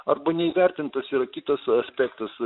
arba neįvertintas ir kitus aspektus